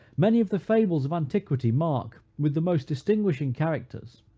many of the fables of antiquity mark, with the most distinguishing characters,